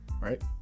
Right